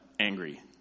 angry